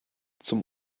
zum